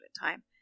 time